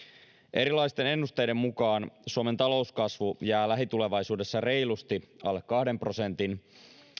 erilaisten ennusteiden mukaan suomen talouskasvu jää lähitulevaisuudessa reilusti alle kahden prosentin